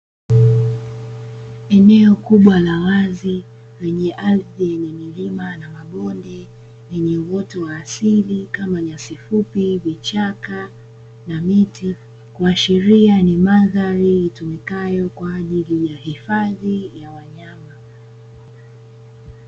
Eneo kubwa la wazi lenye ardhi yenye milima na mabonde lenye uoto wa asili kama nyasi fupi, vichaka na miti. Kuashilia ni mandhari itumikayo kwa ajili ya hifadhi ya wanyama.